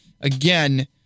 again